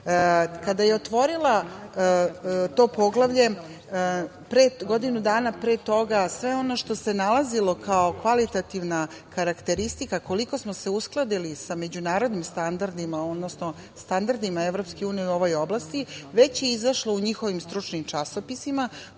je otvorila to poglavlje godinu dana pre toga, sve ono što se nalazilo kao kvalitativna karakteristika koliko smo se uskladili sa međunarodnim standardima, odnosno standardima, odnosno standardima EU u ovoj oblasti, već je izašlo u njihovim stručnim časopisima,